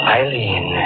Eileen